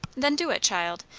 then do it, child.